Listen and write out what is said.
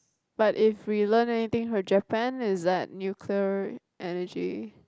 but if we learnt anything from Japan it's that nuclear energy